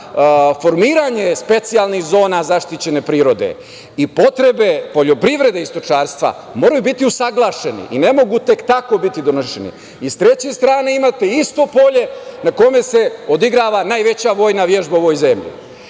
formiranje specijalnih zona zaštićene prirode i potrebe poljoprivrede i stočarstva moraju biti usaglašeni i ne mogu tek tako biti doneseni.S treće strane, imate isto polje na kome se odigrava najveća vojna vežba u ovoj zemlji,